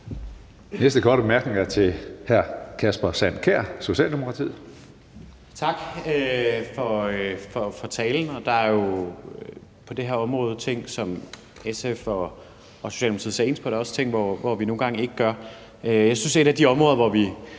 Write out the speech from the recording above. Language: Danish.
næste korte bemærkning er til hr. Kasper Sand Kjær, Socialdemokratiet. Kl. 11:50 Kasper Sand Kjær (S): Tak for talen. Der er jo på det her område ting, som SF og Socialdemokratiet ser ens på, og der er også ting, som vi nogle gange ikke ser ens på. Jeg synes, at et af de områder, hvor vi